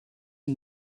and